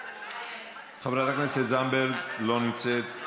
חברת הכנסת זנדברג, לא נמצאת.